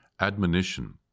Admonition